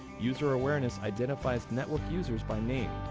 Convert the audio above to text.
user awareness identifies network users by name.